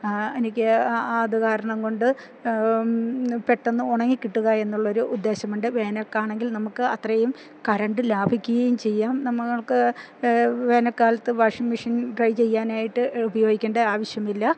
എനിക്ക് അത് കാരണംകൊണ്ട് പെട്ടെന്ന് ഉണങ്ങിക്കിട്ടുക എന്നുള്ളൊരു ഉദ്ദേശ്യമുണ്ട് വേനല്ക്കാലമാണെങ്കിൽ നമുക്ക് അത്രയും കറന്റ് ലാഭിക്കുകയും ചെയ്യാം നമ്മൾക്ക് വേനല്ക്കാലത്ത് വാഷിംഗ് മെഷിൻ ഡ്രൈ ചെയ്യാനായിട്ട് ഉപയോഗിക്കണ്ട ആവശ്യമില്ല